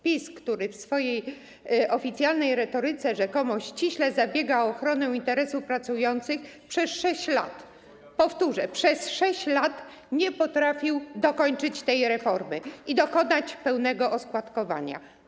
PiS, który w swojej oficjalnej retoryce rzekomo ściśle zabiega o ochronę interesów pracujących, przez 6 lat, powtórzę, przez 6 lat nie potrafił dokończyć tej reformy i dokonać pełnego oskładkowania.